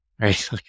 right